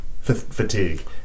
fatigue